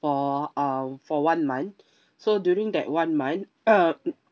for uh for one month so during that one month